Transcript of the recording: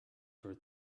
for